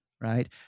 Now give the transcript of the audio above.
right